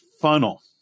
funnel